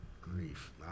Grief